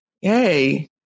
Yay